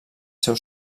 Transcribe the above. seu